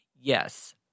Yes